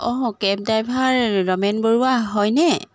অঁ cab driver Ramen Baruah হয়নে